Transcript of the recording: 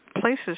places